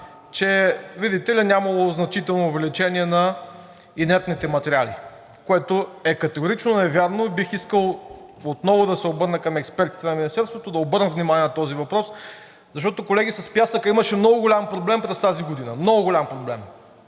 че видите ли, нямало значително увеличение на инертните материали, което е категорично невярно и бих искал отново да се обърна към експертите на Министерството да обърнат внимание на този въпрос, защото, колеги, с пясъка имаше много голям проблем през тази година. Много голям проблем.